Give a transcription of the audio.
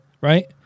right